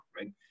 Right